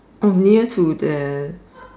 near to the